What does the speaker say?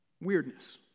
weirdness